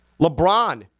LeBron